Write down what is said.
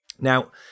Now